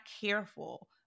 careful